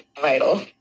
vital